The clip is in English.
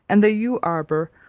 and the yew arbour,